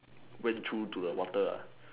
went through to the water lah